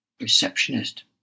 Receptionist